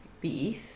beef